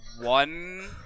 one